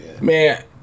man